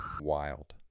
wild